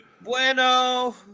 Bueno